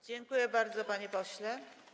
Dziękuję bardzo, panie pośle.